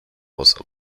was